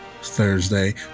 Thursday